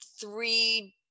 three